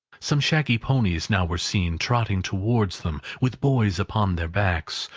some shaggy ponies now were seen trotting towards them with boys upon their backs,